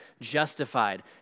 justified